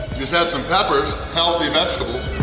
just add some peppers healthy vegetables!